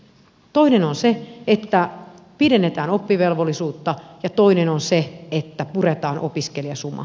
toinen on se että pidennetään oppivelvollisuutta ja toinen on se että puretaan opiskelijasuma